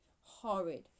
horrid